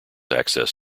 access